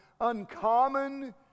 uncommon